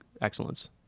excellence